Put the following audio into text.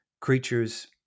creatures